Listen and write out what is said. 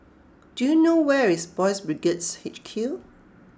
do you know where is Boys' Brigades H Q